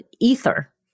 ether